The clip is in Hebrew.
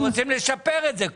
אנחנו רוצים לשפר את זה.